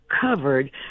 covered